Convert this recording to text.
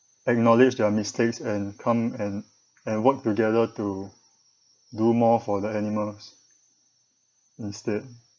acknowledge their mistakes and come and and work together to do more for the animals instead